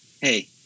Hey